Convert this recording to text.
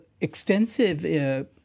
extensive